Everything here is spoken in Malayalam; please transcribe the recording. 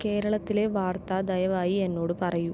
കേരളത്തിലെ വാർത്ത ദയവായി എന്നോട് പറയൂ